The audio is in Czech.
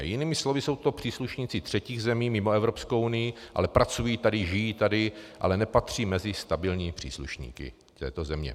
Jinými slovy jsou to příslušníci třetích zemí mimo Evropskou unii, ale pracují tady, žijí tady, ale nepatří mezi stabilní příslušníky této země.